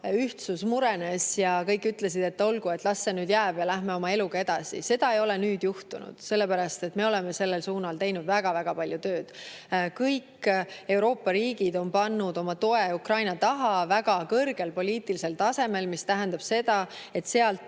ühtsus murenes ja kõik ütlesid, et olgu, et las see nüüd jääb ja läheme oma eluga edasi. Nüüd ei ole seda juhtunud, sellepärast et me oleme sellel suunal teinud väga-väga palju tööd. Kõik Euroopa riigid on pannud oma toe Ukraina taha väga kõrgel poliitilisel tasemel, mis tähendab seda, et sealt